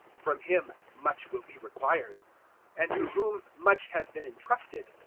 from him much will be required and to whom much has been entrusted,